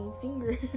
finger